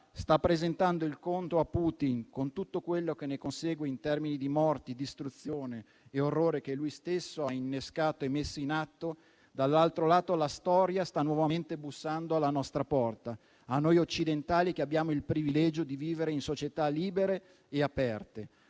sta presentando il conto a Putin, con tutto quello che ne consegue in termini di morti, distruzione e orrore che lui stesso ha innescato e messo in atto, dall'altro lato la storia sta nuovamente bussando alla porta di noi occidentali che abbiamo il privilegio di vivere in società libere e aperte.